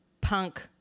punk